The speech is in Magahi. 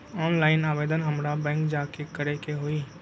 ऑनलाइन आवेदन हमरा बैंक जाके करे के होई?